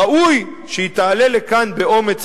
ראוי שהיא תעלה לכאן באומץ,